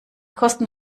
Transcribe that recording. kosten